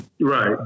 right